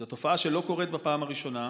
זו תופעה שלא קורית בפעם הראשונה,